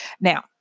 Now